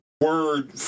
word